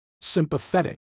sympathetic